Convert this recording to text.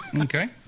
Okay